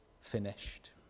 finished